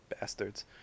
Bastards